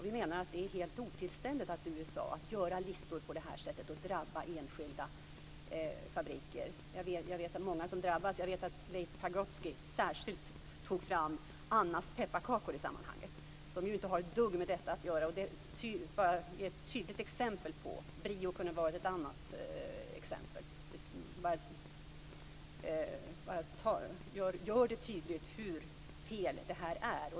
Vi menar att det är helt otillständigt av USA att göra listor på det här sättet som drabbar enskilda fabriker. Jag vet många som drabbas. Jag vet att Leif Pagrotsky särskilt tog fram Annas Pepparkakor i sammanhanget, som inte har ett dugg med detta att göra. Det är ett tydligt exempel. Brio kunde ha varit ett annat för att göra det tydligt hur fel det är.